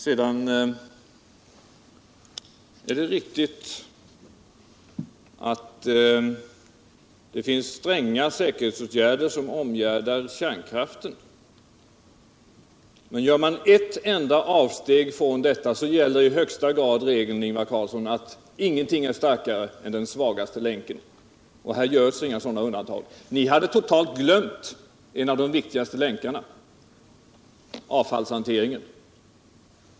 Det är riktigt att det finns stränga sikerhetsåtgärder som omegärdar kärnkraften. Men gör man ett enda avsteg från dewta gäller. Ingvar Carlsson, i högsta grad regeln att ingenting är starkare än den svagaste länken. Här görs inga sådana undantag. Ni hade totalt glömt bort en av de viktigaste länkarna — avfallshanteringen.